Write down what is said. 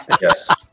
Yes